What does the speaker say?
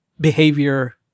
behavior